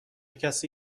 کسی